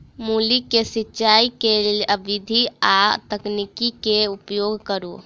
मूली केँ सिचाई केँ के विधि आ तकनीक केँ उपयोग करू?